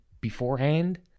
beforehand